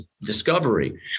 discovery